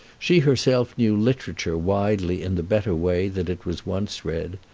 she herself knew literature widely in the better way that it was once read.